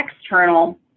external